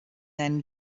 then